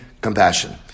compassion